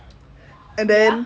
and then